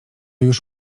już